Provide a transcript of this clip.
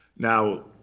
now,